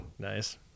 Nice